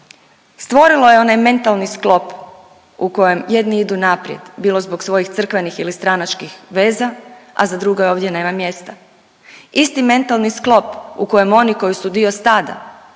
Stvorilo je onaj mentalni sklop u kojem jedni idu naprijed bilo zbog svojih crkvenih ili stranačkih veza, a za druge ovdje nema mjesta. Isti mentalni sklop u kojem oni koji su dio stada